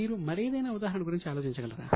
మీరు మరేదైనా ఉదాహరణ గురించి ఆలోచించగలరా